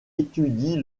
étudie